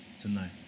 tonight